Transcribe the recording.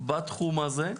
בתחום הזה,